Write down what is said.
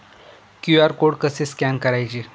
QR code कसे scan करायचे?